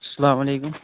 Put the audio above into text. اَلسلامُ علیکُم